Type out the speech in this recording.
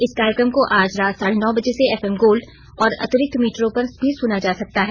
इस कार्यक्रम को आज रात साढ़े नौ बजे से एफ एम गोल्ड और अतिरिक्त मीटरों पर भी सुना जा सकता है